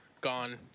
Gone